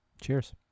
Cheers